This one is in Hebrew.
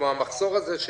כמו המחסור הזה,